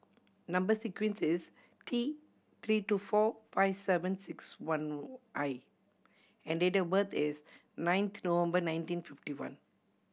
number sequence is T Three two four five seven six one I and date of birth is nine November nineteen fifty one